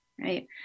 right